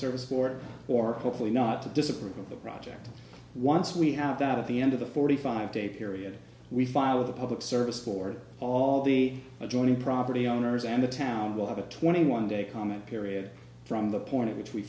service court or hopefully not to disapprove of the project once we have that at the end of the forty five day period we file with the public service for all the adjoining property owners and the town will have a twenty one day comment period from the point at which we